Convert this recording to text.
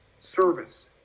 service